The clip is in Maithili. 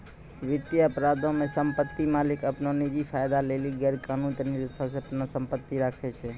वित्तीय अपराधो मे सम्पति मालिक अपनो निजी फायदा लेली गैरकानूनी तरिका से सम्पति राखै छै